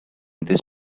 this